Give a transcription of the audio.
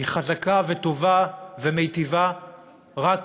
היא חזקה וטובה ומיטיבה רק